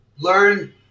learn